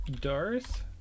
Darth